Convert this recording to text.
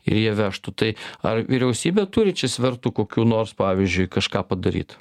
ir jie vežtų tai ar vyriausybė turi svertų kokių nors pavyzdžiui kažką padaryt